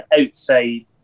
outside